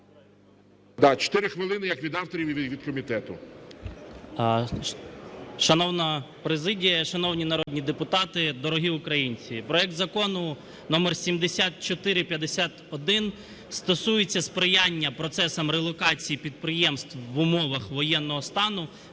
Да, 4 хвилини – як від авторів і від комітету. 10:28:29 МОВЧАН О.В. Шановна президія, шановні народні депутати! Дорогі українці! Проект Закону № 7451 стосується сприяння процесам релокації підприємств в умовах воєнного стану